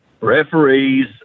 referees